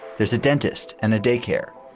there's a dentist and a daycare.